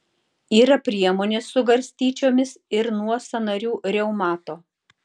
yra priemonė su garstyčiomis ir nuo sąnarių reumato